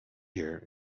year